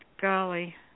golly